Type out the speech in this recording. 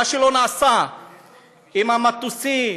מה שלא נעשה עם המטוסים,